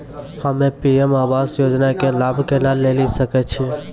हम्मे पी.एम आवास योजना के लाभ केना लेली सकै छियै?